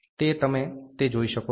તે તમે તે જોઈ શકો છો